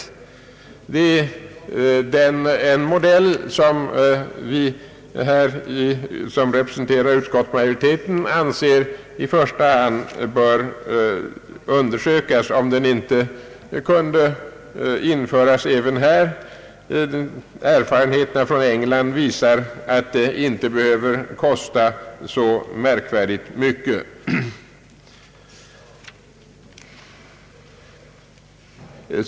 Det är en modell som vi som representerar utskottsmajoriteten anser i första hand böra undersökas för att fastställa om den inte kan införas även här. Erfarenheterna från England visar att det inte behöver kosta så oerhört mycket.